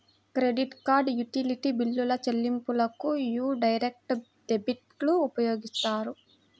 credit card, utility బిల్లుల చెల్లింపులకు యీ డైరెక్ట్ డెబిట్లు ఉపయోగిత్తారు